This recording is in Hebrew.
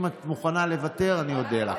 אם את מוכנה לוותר, אני אודה לך.